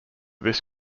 this